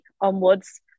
onwards